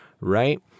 right